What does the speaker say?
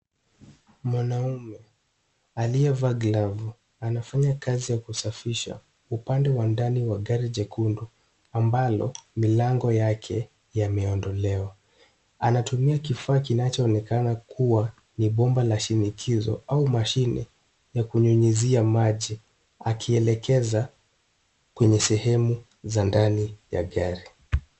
Mwanaume aliyevaa glavu anafanya kazi ya kusafisha upande wa ndani wa gari jekundu ambalo milango yake yameondolewa. Anatumia kifaa kinacho onekana kuwa ni bomba la shinikisho au mashine ya kunyunyuzia maji akielekeza kwenye sehemu za ndani ya gari.